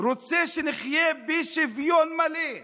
רוצה שנחיה בשוויון מלא,